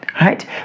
Right